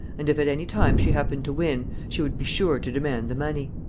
and if at any time she happened to win, she would be sure to demand the money.